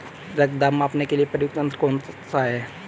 रक्त दाब मापने के लिए प्रयुक्त यंत्र कौन सा है?